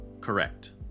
correct